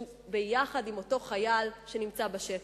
יחד עם אותו חייל שנמצא בשטח.